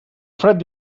fred